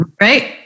Right